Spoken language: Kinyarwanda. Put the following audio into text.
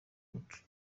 amatwi